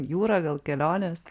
jūra gal kelionės